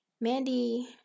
Mandy